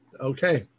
Okay